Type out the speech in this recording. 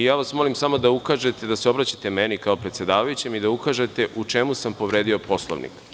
Molim vas da samo ukažete i da se obraćate meni kao predsedavajućem i da ukažete u čemu sam povredio Poslovnik.